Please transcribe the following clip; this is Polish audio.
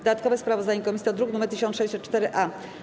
Dodatkowe sprawozdanie komisji to druk nr 1604-A.